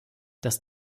dass